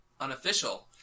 unofficial